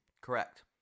Correct